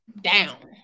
down